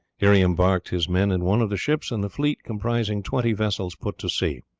here he embarked his men in one of the ships, and the fleet, comprising twenty vessels, put to sea.